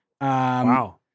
Wow